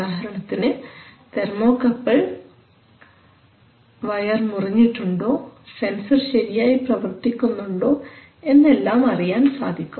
ഉദാഹരണത്തിന് thermocouple wire മുറിഞ്ഞിട്ടുണ്ടോ sensor ശരിയായി പ്രവർത്തിക്കുന്നുണ്ടോ എന്നെല്ലാം അറിയാൻ സാധിക്കും